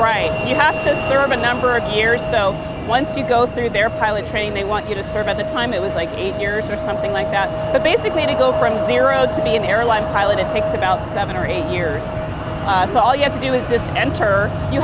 right to serve a number of here so once you go through their pilot training they want you to serve at the time it was like eight years or something like that but basically to go from zero to be an airline pilot it takes about seven or eight years so all you have to do is just enter you